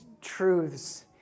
truths